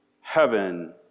heaven